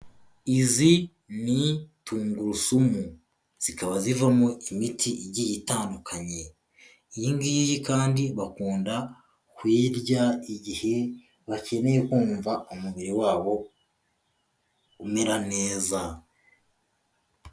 Izi ni tungurusumu zikaba zivamo imiti igiye itandukanye, iyi ngiyi kandi bakunda kuyirya igihe bakeneye kumva umubiri wabo umera neza.